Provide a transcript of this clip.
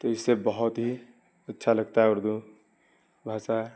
تو اس سے بہت ہی اچھا لگتا ہے اردو بھاشا